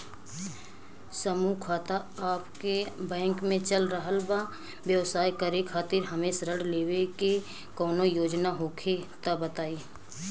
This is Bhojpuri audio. समूह खाता आपके बैंक मे चल रहल बा ब्यवसाय करे खातिर हमे ऋण लेवे के कौनो योजना होखे त बताई?